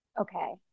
Okay